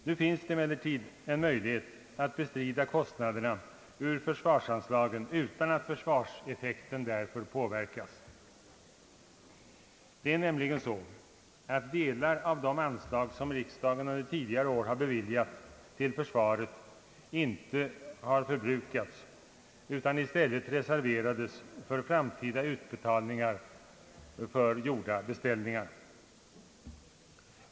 Nu finns emellertid en möjlighet att bestrida kostnaderna ur försvarsanslagen utan att försvarseffekten därför behöver påverkas. Det är nämligen så att delar av de anslag som riksdagen under tidigare år har beviljat till försvaret inte förbrukats utan i stället reserverats för framtida betalningar av gjorda beställningar.